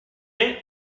main